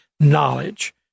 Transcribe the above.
knowledge